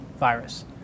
virus